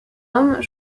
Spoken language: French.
homme